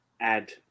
add